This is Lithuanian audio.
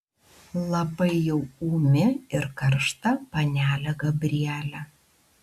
labai jau ūmi ir karšta panelė gabrielė